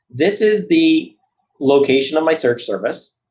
this is the location of my search service.